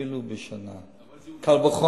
אפילו בשנה, אבל זה עובדה.